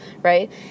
right